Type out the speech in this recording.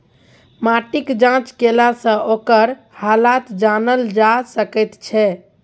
माटिक जाँच केलासँ ओकर हालत जानल जा सकैत छै